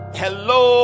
hello